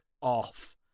off